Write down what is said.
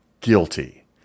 Guilty